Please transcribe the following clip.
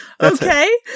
Okay